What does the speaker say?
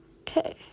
Okay